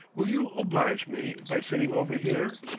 will you oblige me by sitting over here?